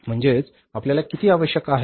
म्हणजे आपल्याला किती आवश्यक आहे